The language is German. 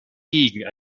gegen